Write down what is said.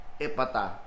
epata